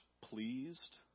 pleased